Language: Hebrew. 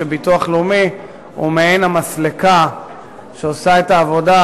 שביטוח לאומי הוא מעין מסלקה שעושה את העבודה,